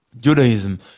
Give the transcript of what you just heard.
Judaism